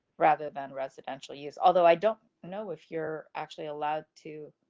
rather than residential use, although i don't know if you're actually allowed to.